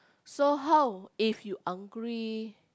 so how if you hungry